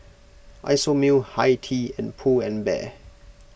Isomil Hi Tea and Pull and Bear